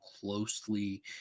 closely –